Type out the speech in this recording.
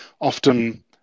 often